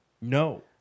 No